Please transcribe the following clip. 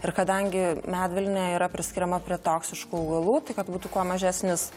ir kadangi medvilnė yra priskiriama prie toksiškų augalų tai kad būtų kuo mažesnis